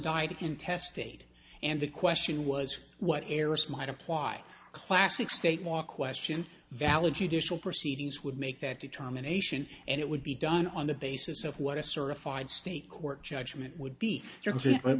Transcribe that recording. intestate and the question was what errors might apply classic state more question valid judicial proceedings would make that determination and it would be done on the basis of what a certified state court judgment would be